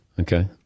Okay